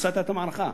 הפסדת את המערכה,